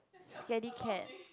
scared cat